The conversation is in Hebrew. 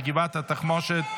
בגבעת התחמושת,